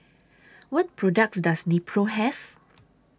What products Does Nepro Have